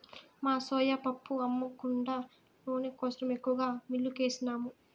మా సోయా పప్పు అమ్మ కుండా నూనె కోసరం ఎక్కువగా మిల్లుకేసినాము